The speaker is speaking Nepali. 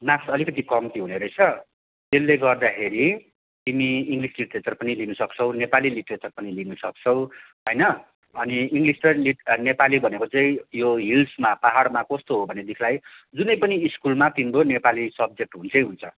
मार्क्स अलिकति कम्ती हुने रहेछ त्यसले गर्दाखेरि तिमी इङ्लिस लिटरेचर पनि लिन सक्छौ नेपाली लिटरेचर पनि लिनु सक्छौ होइन अनि इङ्लिस र नेपाली भनेको चाहिँ यो हिल्समा पाहाडमा कस्तो हो भनेदेखिलाई जुनै पनि स्कुलमा तिम्रो नेपाली सब्जेक्ट हुन्छै हुन्छ